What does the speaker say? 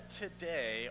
today